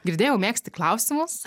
girdėjau mėgsti klausimus